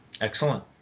Excellent